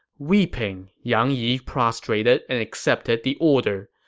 weeping, yang yi prostrated and accepted the order.